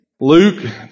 Luke